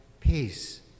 Peace